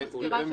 אני רק אסביר.